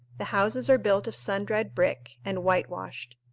the houses are built of sun-dried brick, and whitewashed.